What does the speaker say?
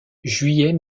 juillet